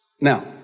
Now